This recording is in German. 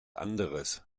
anderes